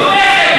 תומכת,